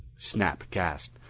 snap gasped,